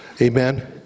Amen